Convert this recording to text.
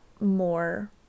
more